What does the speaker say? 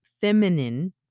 feminine